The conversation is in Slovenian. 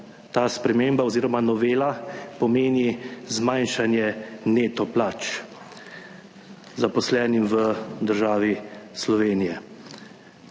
ta sprememba oziroma novela pomeni zmanjšanje neto plač zaposlenim v državi Slovenije.